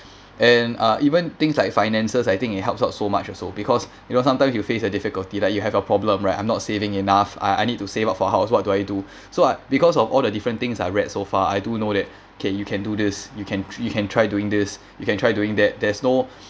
and uh even things like finances I think it helps out so much also because you know sometimes you face the difficulty like you have your problem right I'm not saving enough I I need to save up for house what do I do so uh because of all the different things I read so far I do know that can you can do this you can you can try doing this you can try doing that there's no